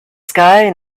sky